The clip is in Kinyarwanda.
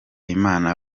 imana